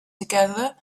together